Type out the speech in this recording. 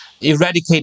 eradicate